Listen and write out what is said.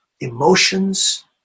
emotions